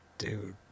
Dude